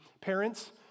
Parents